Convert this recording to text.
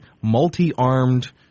multi-armed